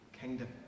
kingdom